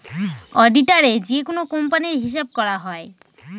অডিটারে যেকোনো কোম্পানির হিসাব করা হয়